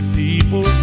people